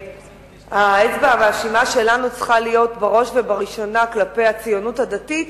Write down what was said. האצבע המאשימה שלנו צריכה להיות בראש ובראשונה כלפי הציונות הדתית,